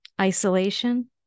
isolation